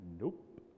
Nope